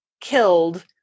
killed